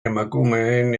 emakumeen